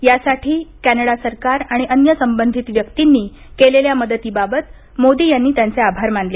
यासाठी कॅनडा सरकार आणि अन्य संबंधित व्यक्तींनी केलेल्या मदतीबाबत मोदी यांनी त्यांचे आभार मानले